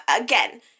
again